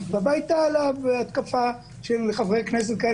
הייתה עליו התקפה מצד חברי כנסת על כך